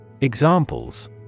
Examples